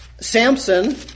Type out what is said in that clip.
Samson